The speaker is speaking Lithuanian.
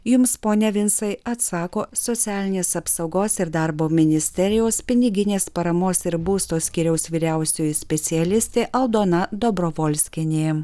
jums pone vincai atsako socialinės apsaugos ir darbo ministerijos piniginės paramos ir būsto skyriaus vyriausioji specialistė aldona dobrovolskienė